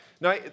Now